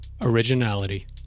originality